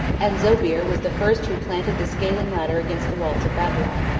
and zobeir was the first who planted the scaling-ladder against the walls of babylon.